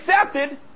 accepted